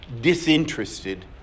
disinterested